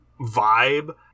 vibe